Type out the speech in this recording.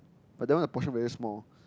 but that one the portion very small